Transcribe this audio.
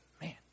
man